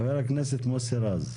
חבר הכנסת מוסי רז,